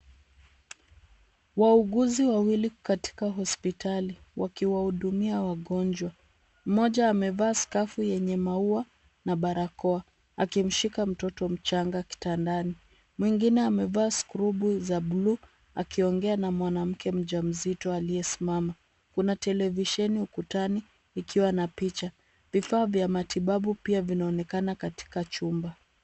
Wauguzi wawili katika hospitali wakiwahudumia wagonjwa. Mmoja amevaa skafu yenye maua na barakoa akimshika mtoto mchanga kitandani. Mwengine amevaa skubu za buluu akiongea na mwanamke mjamzito aliyesimama. Kuna televisheni ukutani ikiwa na picha. Vifaa vya matibabu pia inaonekana katika chumba.